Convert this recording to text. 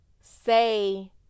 say